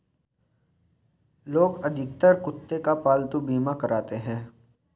लोग अधिकतर कुत्ते का पालतू बीमा कराते हैं